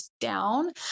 down